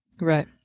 Right